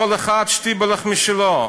כל אחד, שטיבלך משלו,